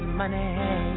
money